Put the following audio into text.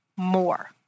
more